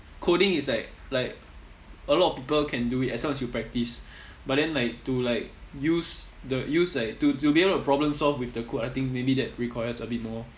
coding is like like a lot of people can do it as long as you practice but then like to like use the use like to to be able to problem solve with the code I think maybe that requires a bit more